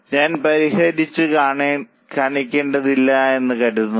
ഞാൻ പരിഹരിച്ച് കാണിക്കേണ്ടതില്ലെന്ന് ഞാൻ കരുതുന്നു